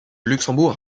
luxembourg